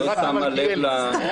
זה רק למלכיאלי.